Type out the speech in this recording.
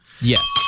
Yes